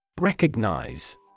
Recognize